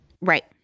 Right